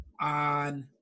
on